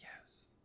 yes